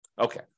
Okay